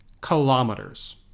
kilometers